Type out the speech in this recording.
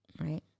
right